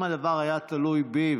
אם הדבר היה תלוי בי,